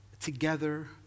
together